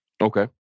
Okay